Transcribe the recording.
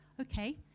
Okay